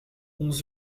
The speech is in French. onze